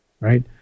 right